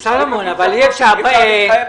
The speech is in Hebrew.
-- בבקשה.